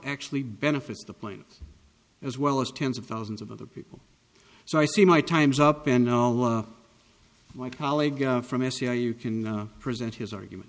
actually benefits the plane as well as tens of thousands of other people so i see my time's up and my colleague from sci you can present his argument